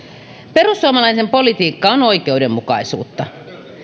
perussuomalainen politiikka on oikeudenmukaisuutta